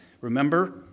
Remember